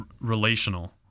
relational